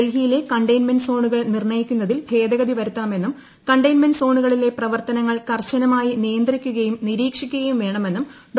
ഡൽഹിയിലെ കണ്ടെയ്ൻമെന്റ് സോണുകൾ നിർണയിക്കുന്നതിൽ ഭേദഗതി വരുത്തണമെന്നും കണ്ടെയ്ൻമെന്റ് സോണുകളിലെ പ്രവർത്തനങ്ങൾ കർശനമായി നിയന്ത്രിക്കുകയും നിരീക്ഷിക്കുകയും വേണമെന്നും ഡോ